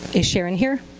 is sharon here?